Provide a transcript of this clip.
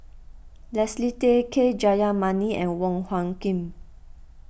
Leslie Tay K Jayamani and Wong Hung Khim